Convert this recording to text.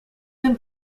been